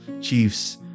chiefs